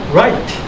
right